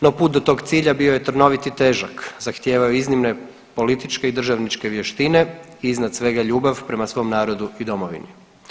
No, put do tog cilja bio je trnovit i težak, zahtijevao je iznimne političke i državničke vještine i iznad svega ljubav prema svom narodu i Domovini.